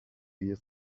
you